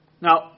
Now